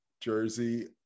jersey